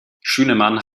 schünemann